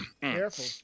Careful